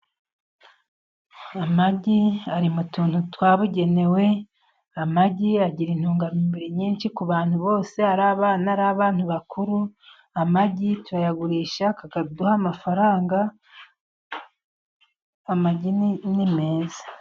Amagi ari mu tuntu twabugenewe. Amagi agira intungamubiri nyinshi ku bantu bose, ari abana, ari n'abantu bakuru. Amagi turayagurishaduha amafaranga amagi ni meza.